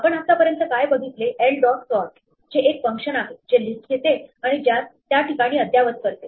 आपण आत्तापर्यंत काय बघितले l dot sort जे एक फंक्शन आहे जे लिस्ट घेते आणि ज्यास त्या ठिकाणी अद्यावत करते